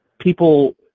people